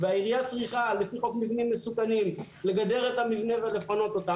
והעירייה צריכה לפי חוק מבנים מסוכנים לגדר את המבנה ולפנות אותם.